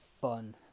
fun